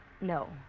No